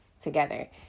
together